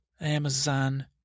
Amazon